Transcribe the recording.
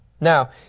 Now